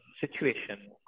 situation